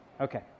Okay